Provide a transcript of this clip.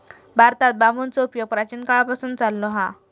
भारतात बांबूचो उपयोग प्राचीन काळापासून चाललो हा